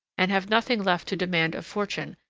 and have nothing left to demand of fortune,